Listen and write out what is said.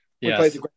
yes